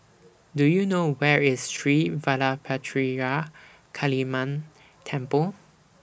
Do YOU know Where IS Sri Vadapathira Kaliamman Temple